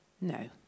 No